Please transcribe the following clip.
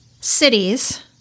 cities